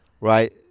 Right